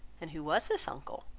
and who was this uncle?